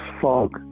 fog